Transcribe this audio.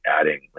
adding